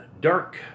dark